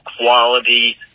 quality